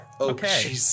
Okay